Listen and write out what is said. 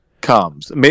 comes